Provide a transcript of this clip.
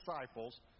disciples